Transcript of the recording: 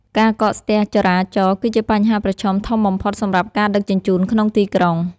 ការកកស្ទះចរាចរណ៍គឺជាបញ្ហាប្រឈមធំបំផុតសម្រាប់ការដឹកជញ្ជូនក្នុងទីក្រុង។